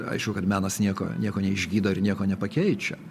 aišku kad menas nieko nieko neišgydo ir nieko nepakeičia